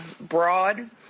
broad